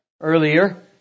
earlier